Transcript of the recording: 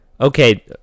okay